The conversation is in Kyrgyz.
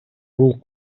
бул